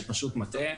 הוא פשוט מטעה.